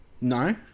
No